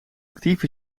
actief